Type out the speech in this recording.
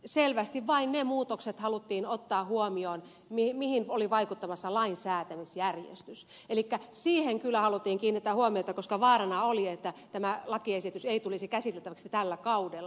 selvästi vain ne muutokset haluttiin ottaa huomioon mihin oli vaikuttamassa lainsäätämisjärjestys elikkä siihen kyllä haluttiin kiinnittää huomiota koska vaarana oli että tämä lakiesitys ei tulisi käsiteltäväksi tällä kaudella